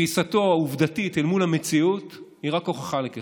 וקריסתו העובדתית אל מול המציאות הוא רק הוכחה לכך,